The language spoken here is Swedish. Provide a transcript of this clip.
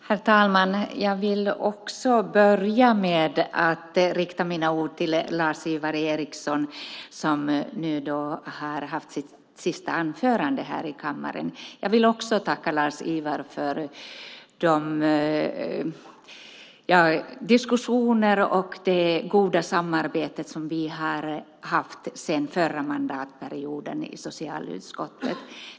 Herr talman! Jag vill börja med att rikta mina ord till Lars-Ivar Ericson, som nu hållit sitt sista anförande i kammaren, och tacka honom för de diskussioner och det goda samarbete som vi sedan förra mandatperioden har haft i socialutskottet.